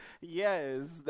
Yes